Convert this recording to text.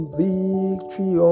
victory